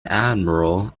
admiral